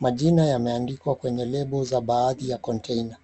Majina yameandikwa kwenye lebo za baadhi ya container .